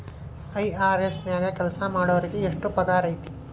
IRS ನ್ಯಾಗ್ ಕೆಲ್ಸಾಮಾಡೊರಿಗೆ ಎಷ್ಟ್ ಪಗಾರ್ ಐತಿ?